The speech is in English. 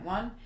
One